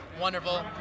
Wonderful